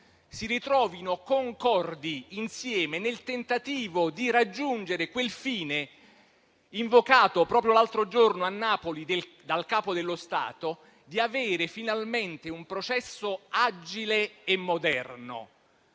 si ritrovino concordi, insieme, nel tentativo di raggiungere quel fine, invocato proprio l'altro giorno a Napoli dal Capo dello Stato, di avere finalmente un processo agile e moderno.